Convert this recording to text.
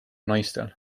naistel